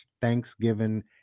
Thanksgiving